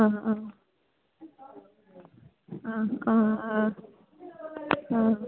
ആ ആ ആ ആ ആ ആ